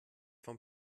vom